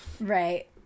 Right